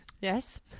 Yes